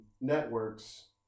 networks